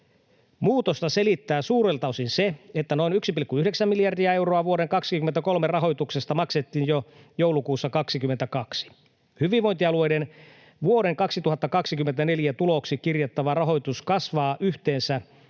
Muutosta selittää suurelta osin se, että noin 1,9 miljardia euroa vuoden 23 rahoituksesta maksettiin jo joulukuussa 22. Hyvinvointialueiden vuoden 2024 tuloksi kirjattava rahoitus kasvaa yhteensä